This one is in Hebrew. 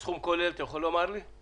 אתה יכול לומר לי את